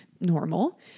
normal